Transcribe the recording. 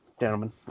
gentlemen